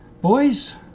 boys